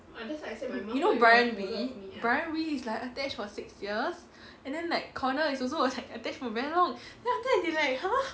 you know bryan wee bryan wee is like attached for six years and then like connor is also attached attached for very long then after that they like !huh!